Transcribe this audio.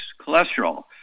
cholesterol